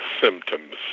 symptoms